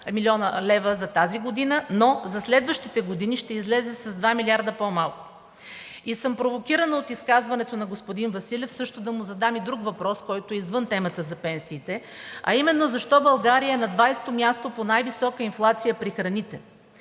млн. лв. за тази година, но за следващите години ще излезе с 2 милиарда по-малко. И съм провокирана от изказването на господин Василев също да му задам и друг въпрос, който е извън темата за пенсиите, а именно защо България е на 20-о място по най-висока инфлация при храните?